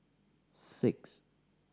six